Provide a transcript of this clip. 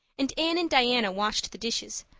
and anne and diana washed the dishes,